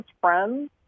friends